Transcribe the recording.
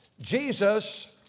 Jesus